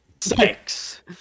Sex